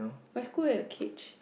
my school had a cage